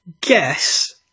guess